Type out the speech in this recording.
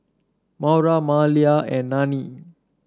Maura Malia and Nannie